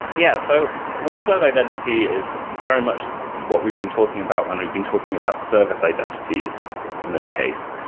yeah. so workload identity is very much what we've been talking about when we've been talking about service identities in this case.